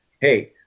Hey